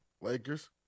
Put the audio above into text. Lakers